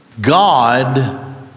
God